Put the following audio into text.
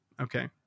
Okay